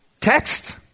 Text